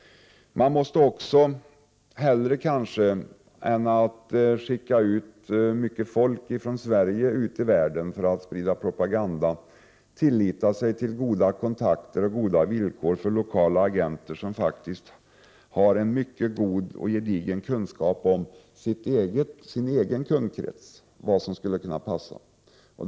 Hellre än att skicka ut mycket folk från Sverige i världen för att sprida propaganda, skall man kanske lita till goda kontakter och goda villkor för lokala agenter som faktiskt har en mycket god och gedigen kunskap om sin egen kundkrets och vad som passar den.